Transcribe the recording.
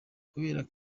kubera